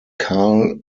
karl